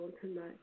tonight